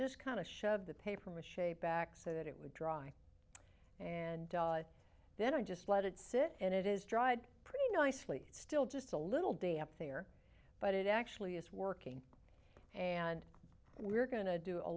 just kind of showed the paper mach back so that it would dry and then i just let it sit and it is dried pretty nicely still just a little damp there but it actually is working and we're going to